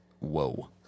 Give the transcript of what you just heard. Whoa